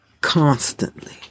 Constantly